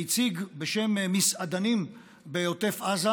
והציג בשם מסעדנים בעוטף עזה